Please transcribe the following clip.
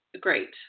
great